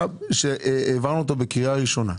כשהעברנו אותו בקריאה ראשונה.